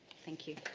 thank you.